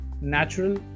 natural